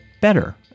better